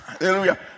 Hallelujah